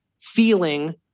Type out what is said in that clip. feeling